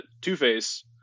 two-face